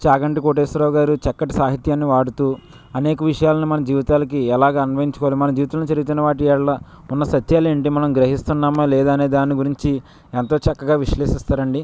చాగంటి కోటేశ్వరావు గారు చక్కటి సాహిత్యాన్ని వాడుతూ అనేక విషయాలను మన జీవితాలకి ఎలాగా అనుభవించుకోవాలి మన జీవితంలో జరుగుతున్న వాటి ఎడల ఉన్న సత్యాలు ఏంటి మనం గ్రహిస్తున్నామా లేదా అనే దాని గురించి ఎంతో చక్కగా విశ్లేషిస్తారు అండి